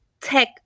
tech